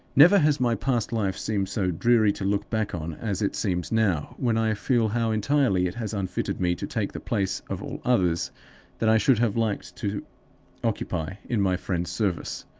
never has my past life seemed so dreary to look back on as it seems now, when i feel how entirely it has unfitted me to take the place of all others that i should have liked to occupy in my friend's service.